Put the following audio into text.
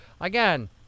again